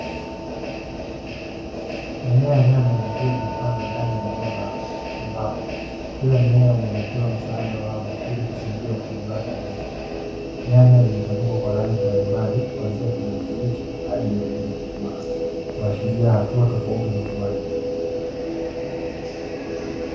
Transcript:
Mimea ya nyanya zikiwa zimepandwa ndani ya eneo maalumu, ambapo kila mmea umewekewa msaada wa wavu ili kusaidia ukuaji wake wa wima. Nyanya zimechanuka kwa rangi mbalimbali kuanzia kijani kibichi hadi nyekundu iliyokomaa, kuashiria hatua tofauti za ukuaji.